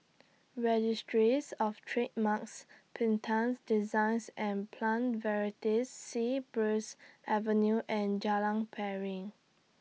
Registries of Trademarks Patents Designs and Plant Varieties Sea Breeze Avenue and Jalan Piring